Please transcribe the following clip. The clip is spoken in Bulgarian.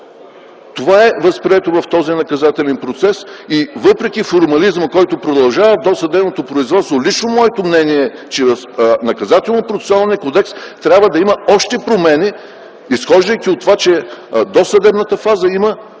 Това е възприето в този наказателен процес. Въпреки формализма, който продължава в досъдебното производство, лично моето мнение е, че в Наказателно-процесуалния кодекс трябва да има още промени, изхождайки от това, че досъдебната фаза има